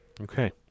okay